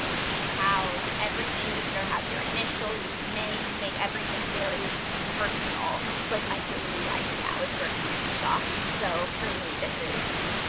decals. everything would either have your initial, your name. we made everything very personal. this is like my daily life now is working at the shop. so for me, this is.